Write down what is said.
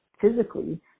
physically